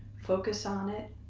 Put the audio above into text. focus on it,